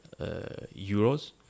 euros